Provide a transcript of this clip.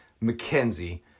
Mackenzie